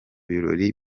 birori